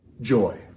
Joy